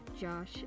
Josh